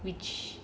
which